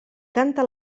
canta